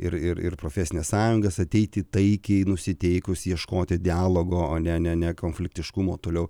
ir ir ir profesines sąjungas ateiti taikiai nusiteikus ieškoti dialogo o ne ne ne konfliktiškumo toliau